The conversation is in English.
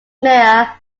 mayor